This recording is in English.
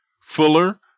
fuller